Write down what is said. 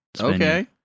Okay